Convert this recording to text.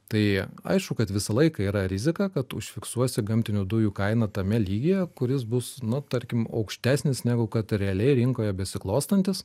tai aišku kad visą laiką yra rizika kad užfiksuosi gamtinių dujų kainą tame lygyje kuris bus nu tarkim aukštesnis negu kad realiai rinkoje besiklostantis